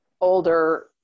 older